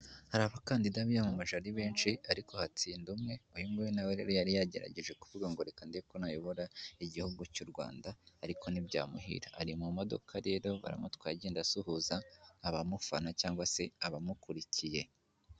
Hari abakandida biyamamaje ari benshi ariko hatsinda umwe uyunguyu nawe rero yari yagerageje kuvuga ngo reka ndebe ko nayobora igihugu cy'u Rwanda ariko ntibyamuhira ari mu modoka rero baramutwaye agenda asuhuza abamufana cyangwa se abamukurikiye.